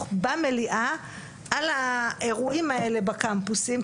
במליאה על האירועים האלה בקמפוסים.